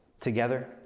together